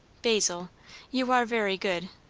basil you are very good!